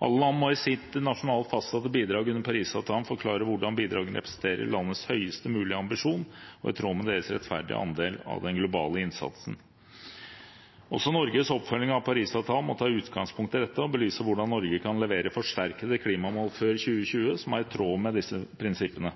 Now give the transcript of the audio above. Alle land må i sitt nasjonalt fastsatte bidrag under Paris-avtalen forklare hvordan bidraget representerer landets høyest mulige ambisjon, og at det er i tråd med deres rettferdige andel av den globale innsatsen. Også Norges oppfølging av Paris-avtalen må ta utgangspunkt i dette og belyse hvordan Norge kan levere forsterkede klimamål før 2020 som er i tråd med disse prinsippene.